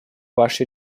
ваше